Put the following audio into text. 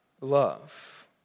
love